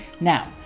now